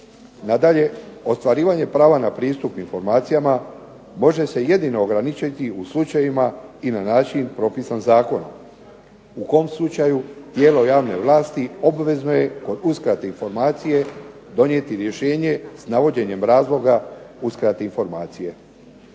Nadalje, ostvarivanje prava na pristup informacijama može se jedino ograničiti u slučajevima i na način propisan zakonom, u kom slučaju tijelo javno uprave obvezno je u uskrati informacije donijeti rješenje navođenjem razloga uskrati informacije.